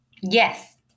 Yes